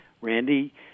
Randy